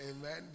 Amen